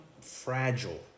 fragile